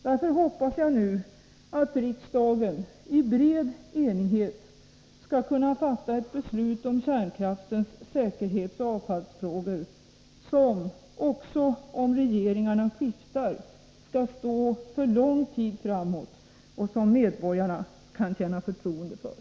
Därför hoppas jag nu att riksdagen i bred enighet skall kunna fatta ett beslut om kärnkraftens säkerhetsoch avfallsfrågor som, också om regeringarna skiftar, skall gälla för lång tid framåt och som medborgarna kan känna förtroende för.